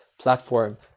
platform